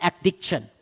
addiction